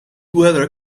weather